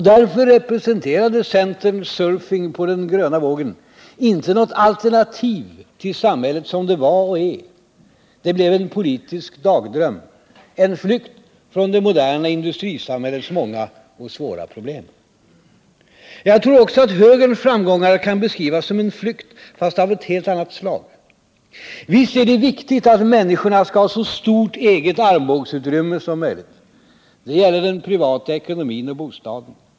Därför representerade centerns ”surfing på den gröna vågen” inte något alternativ till samhället som det var och är. Det blev en politisk dagdröm, en flykt från det moderna industrisamhällets många och svåra problem. Jag tror också att högerns framgångar kan beskrivas som en flykt, fast av ett helt annat slag. Visst är det viktigt att människorna skall ha så stort eget armbågsutrymme som möjligt. Det gäller den privata ekonomin och bostaden.